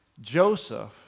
Joseph